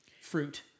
Fruit